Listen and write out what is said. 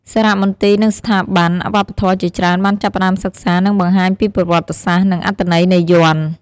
សារមន្ទីរ និងស្ថាប័នវប្បធម៌ជាច្រើនបានចាប់ផ្ដើមសិក្សា និងបង្ហាញពីប្រវត្តិសាស្រ្ត និងអត្ថន័យនៃយ័ន្ត។